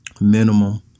minimum